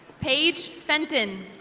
page fenton.